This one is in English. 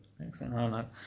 excellent